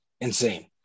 Insane